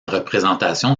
représentation